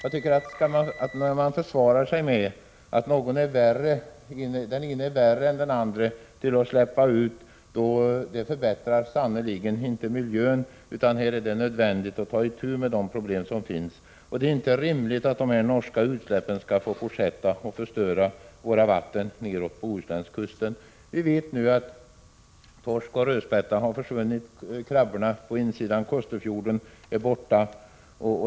Att försvara sig med att den ena är värre än den andra när det gäller utsläpp förbättrar sannerligen inte miljön. Här är det nödvändigt att ta itu med de problem som finns. Det är inte rimligt att de norska utsläppen skall få fortsätta och förstöra våra vatten neråt Bohuslänskusten. Vi vet nu att torsk och rödspätta har försvunnit. Krabborna på insidan av Kosterfjorden är borta.